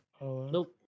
Nope